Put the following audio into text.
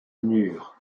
nur